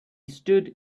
stood